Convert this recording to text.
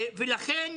אני